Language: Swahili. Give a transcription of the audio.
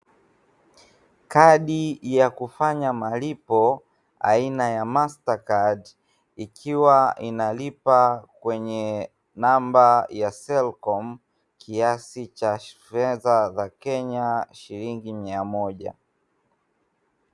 Kadi ya kufanya malipo aina ya "master card" ikiwa inalipa kwenye namba ya "selcom" kiasi cha fedha za kenya shilingi mia moja.